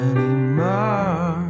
Anymore